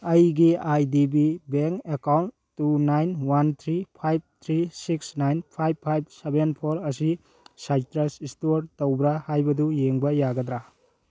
ꯑꯩꯒꯤ I D B bank account two nine one three five three six nine five five seven four ꯑꯁꯤ ꯁꯥꯏꯇ꯭ꯔꯁ ꯏꯁꯇꯣꯔ ꯇꯧꯕ꯭ꯔ ꯍꯥꯏꯕꯗꯨ ꯌꯦꯡꯕ ꯌꯥꯒꯗ꯭ꯔ